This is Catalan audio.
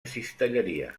cistelleria